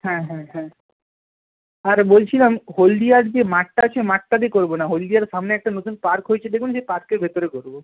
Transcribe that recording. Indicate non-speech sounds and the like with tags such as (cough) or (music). হ্যাঁ হ্যাঁ হ্যাঁ আর বলছিলাম হলদিয়ার যে মাঠটা আছে মাঠটাতে করব না হলদিয়ার সামনে একটা নতুন পার্ক হয়েছে দেখবেন (unintelligible) পার্কের ভেতরে করব